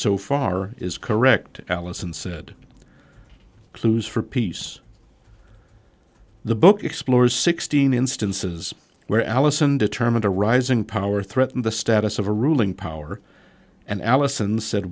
so far is correct alison said clues for peace the book explores sixteen instances where allison determined a rising power threatened the status of a ruling power and alison said